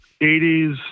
80s